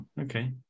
okay